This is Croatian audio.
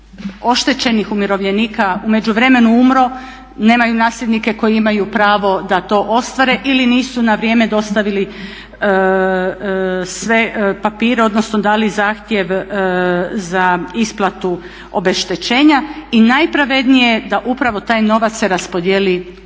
oštećenih umirovljenika u međuvremenu umro, nemaju nasljednike koji imaju pravo da to ostvare ili nisu na vrijeme dostavili sve papire odnosno dali zahtjev za isplatu obeštećenja i najpravednije da taj novac se raspodijeli našim